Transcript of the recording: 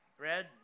Red